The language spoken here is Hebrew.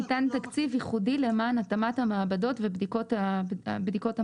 ניתן תקציב ייחודי למען התאמת המעבדות ובדיקות המעבדה,